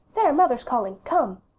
there, mother's calling. come.